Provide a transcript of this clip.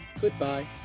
goodbye